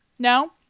no